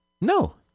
No